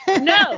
No